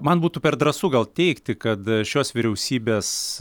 man būtų per drąsu gal teigti kad šios vyriausybės